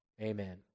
Amen